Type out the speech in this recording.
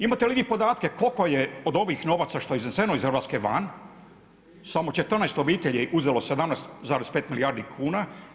Imate li vi podatke koliko je od ovih novaca što je izneseno iz Hrvatske van samo 14 obitelji je uzelo 17,5 milijardi kuna.